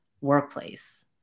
workplace